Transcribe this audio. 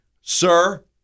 sir